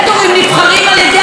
שמעתם דבר כזה?